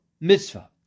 mitzvah